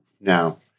Now